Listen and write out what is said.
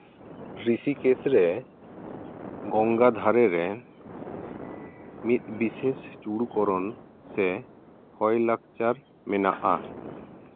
ᱨᱤᱥᱤᱠᱮᱥ ᱨᱮ ᱜᱚᱝᱜᱟ ᱫᱷᱟᱨᱮ ᱨᱮ ᱢᱤᱫ ᱵᱤᱥᱮᱥ ᱪᱩᱲᱩ ᱠᱚᱨᱚᱱ ᱥᱮ ᱦᱚᱭ ᱞᱟᱠᱪᱟᱨ ᱢᱮᱱᱟᱜᱼᱟ